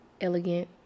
elegant